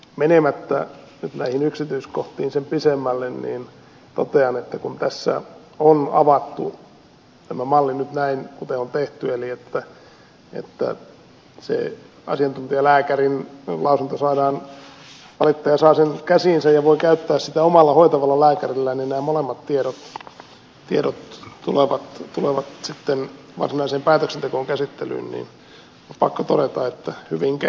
menemättä nyt näihin yksityiskohtiin sen pidemmälle totean että kun tässä on avattu tämä malli nyt näin kuten on tehty että valittaja saa sen asiantuntijalääkärin lausunnon käsiinsä ja voi käyttää sitä omalla hoitavalla lääkärillään ja nämä molemmat tiedot tulevat sitten varsinaiseen päätöksentekoon käsittelyyn niin on pakko todeta että hyvin keksitty